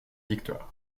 victoires